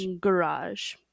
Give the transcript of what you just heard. garage